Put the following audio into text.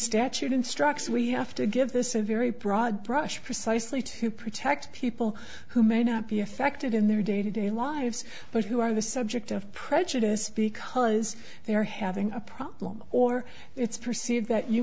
statute instructs we have to give this a very broad brush precisely to protect people who may not be affected in their day to day lives but who are the subject of prejudice because they are having a problem or it's perceived that you